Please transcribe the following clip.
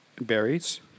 berries